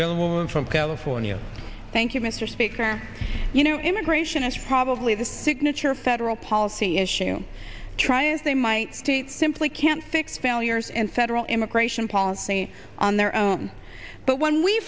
gentlewoman from california thank you mr speaker you know immigration is probably the signature federal policy issue try as they might to simply can't fix failures and federal immigration policy on their own but when we